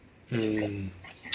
mm